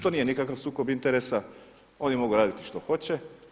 To nije nikakav sukob interesa, oni mogu raditi što hoće.